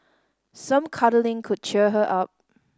some cuddling could cheer her up